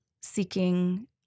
seeking